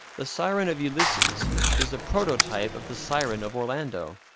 the siren of ulysses is the prototype of the siren of orlando,